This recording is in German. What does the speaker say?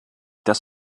dass